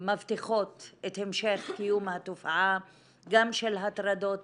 שמבטיחים את המשך קיום התופעה גם של הטרדות